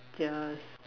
just